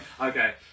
Okay